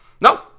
No